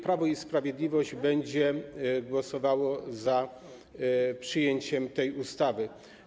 Prawo i Sprawiedliwość będzie głosowało za przyjęciem tej ustawy.